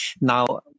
Now